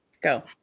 go